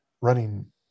running